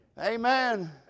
Amen